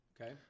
Okay